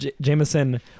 Jameson